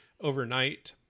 overnight